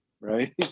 right